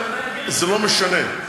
זה לא משנה,